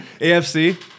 AFC